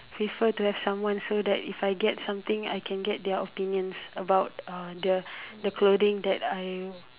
prefer to have someone so that if I get something I can get their opinions about uh the the clothing that I